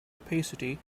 opacity